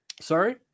Sorry